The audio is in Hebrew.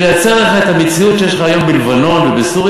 לייצר לך את המציאות שיש לך היום בלבנון ובסוריה?